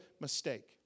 mistake